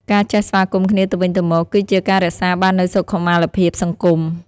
ការចេះស្វាគមន៍គ្នាទៅវិញទៅមកគឺជាការរក្សាបាននូវសុខុមាលភាពសង្គម។